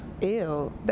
Ew